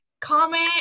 comment